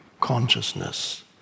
consciousness